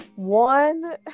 One